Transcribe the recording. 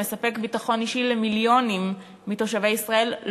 שמספק ביטחון אישי למיליונים מתושבי ישראל,